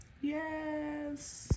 Yes